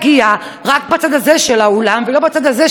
רק בצד הזה של האולם ולא בצד הזה של האולם,